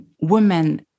women